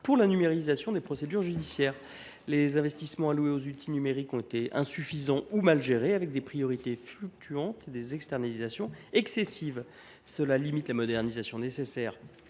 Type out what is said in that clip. pour la numérisation des procédures judiciaires. Les investissements consacrés aux outils numériques ont été insuffisants ou mal gérés, marqués par des priorités fluctuantes et des externalisations excessives. Cela limite la modernisation de notre